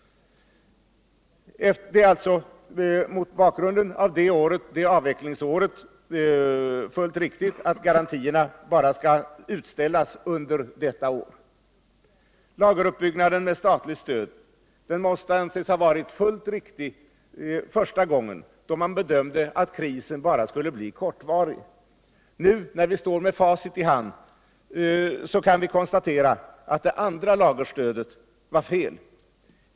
Det är mot bakgrund av det avvecklingsåret fullt riktigt att garantierna skall utställas bara under detta år. Lageruppbyggnaden med statligt stöd måste anses ha varit fullt riktig första gången, då man bedömde att krisen bara skulle bli kortvarig. Nu, när vi står med facit i hand, kan vi konstatera att det andra lagerstödet var fel.